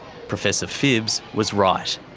professor phibbs was right.